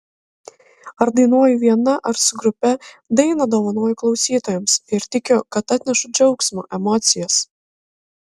ar dainuoju viena ar su grupe dainą dovanoju klausytojams ir tikiu kad atnešu džiaugsmą emocijas